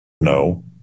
no